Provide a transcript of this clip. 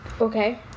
Okay